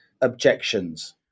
objections